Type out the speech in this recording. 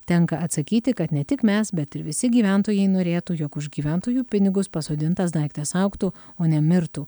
tenka atsakyti kad ne tik mes bet ir visi gyventojai norėtų jog už gyventojų pinigus pasodintas daiktas augtų o ne mirtų